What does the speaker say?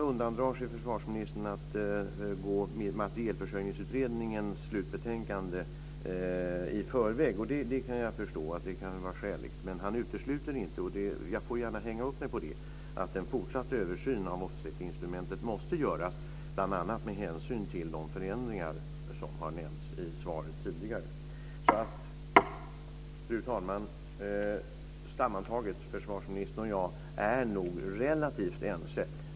Vidare vill inte försvarsministern föregripa Materielförsörjningens slutbetänkande, och det kan jag förstå. Det kan vara skäligt. Men han utesluter inte, jag vill gärna hänga upp mig på det, att en fortsatt översyn av offsetinstrumentet måste göras, bl.a. med hänsyn till de förändringar som nämnts tidigare i svaret. Fru talman! Sammantaget är nog försvarsministern och jag relativt ense.